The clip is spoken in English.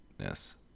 Yes